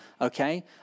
okay